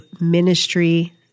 ministry